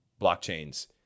blockchains